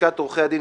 ולשכת עורכי הדין,